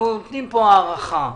אנחנו נותנים פה הארכה.